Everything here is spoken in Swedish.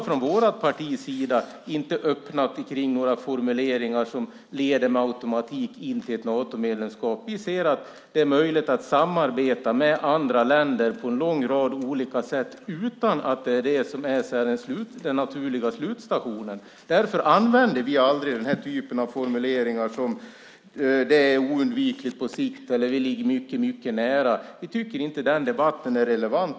Från vårt partis sida har vi inte öppnat för några formuleringar som med automatik leder in i ett Natomedlemskap. Vi ser att det är möjligt att samarbeta med andra länder på en rad olika sätt utan att det är den naturliga slutstationen. Därför använder vi aldrig formuleringar som att det är oundvikligt på sikt eller att vi ligger mycket nära. Vi tycker inte att den debatten är relevant.